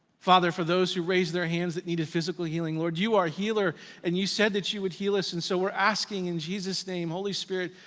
father, for those who raised their hands that needed physical healing, lord, you are healer and you said that you would heal us, and so we're asking in jesus name, holy spirit,